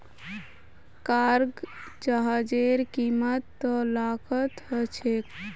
cargo जहाजेर कीमत त लाखत ह छेक